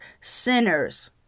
Sinners